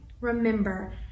remember